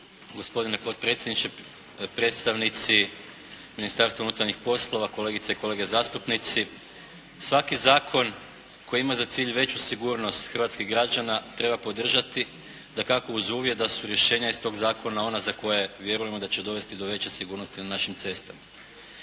Gospodine predsjedniče, predstavnici Ministarstva unutarnjih poslova, kolegice i kolege zastupnici. Svaki zakon koji ima za cilj veću sigurnost hrvatskih građana treba podržati, dakako uz uvjet da su rješenja iz tog zakona ona za koja vjerujemo da će dovesti do veće sigurnosti na našim cestama.